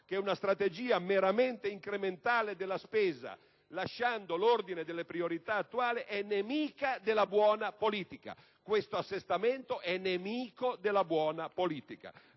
che una strategia meramente incrementale della spesa, lasciando l'ordine delle priorità attuali, è nemica della buona politica. Questo assestamento è nemico della buona politica.